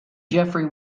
geoffrey